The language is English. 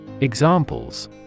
Examples